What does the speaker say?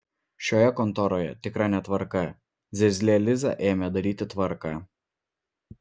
šioje kontoroje tikra netvarka zirzlė liza ėmė daryti tvarką